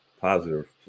positive